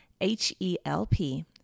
H-E-L-P